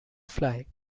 fly